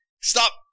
Stop